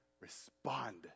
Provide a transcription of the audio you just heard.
Respond